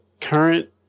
current